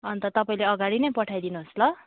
अन्त तपाईँले अगाडि नै पठाइदिनुहोस् ल